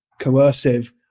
coercive